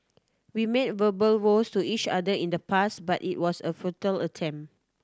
we made verbal vows to each other in the past but it was a futile attempt